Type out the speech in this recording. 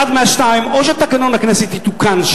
אחת מהשתיים: או שתקנון הכנסת יתוקן,